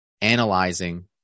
analyzing